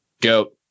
Go